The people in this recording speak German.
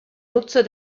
nutzer